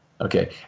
Okay